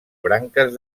branques